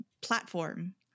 platform